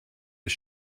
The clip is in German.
des